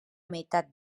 meitat